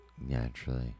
Naturally